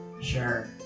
Sure